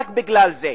רק בגלל זה.